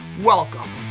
welcome